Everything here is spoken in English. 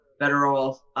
federal